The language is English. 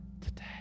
today